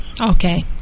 Okay